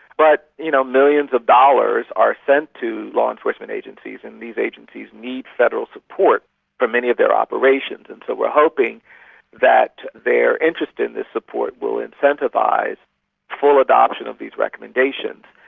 but you know millions of dollars are sent to law enforcement agencies, and these agencies need federal support for many of their operations. and so we are hoping that their interest in this support will incentivise full adoption of these recommendations.